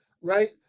right